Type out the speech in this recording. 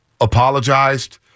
apologized